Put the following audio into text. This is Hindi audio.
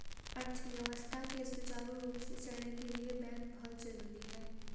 अर्थव्यवस्था के सुचारु रूप से चलने के लिए बैंक बहुत जरुरी हैं